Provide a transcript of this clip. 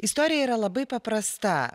istorija yra labai paprasta